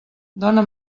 dóna